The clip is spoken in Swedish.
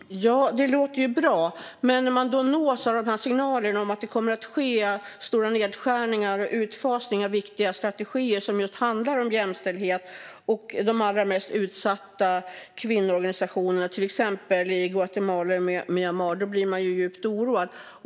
Herr talman! Det låter bra, men när man nås av signaler om att det kommer att ske stora nedskärningar och utfasningar av viktiga strategier som handlar om jämställdhet och de allra mest utsatta kvinnoorganisationerna i till exempel Guatemala och Myanmar blir man djupt oroad.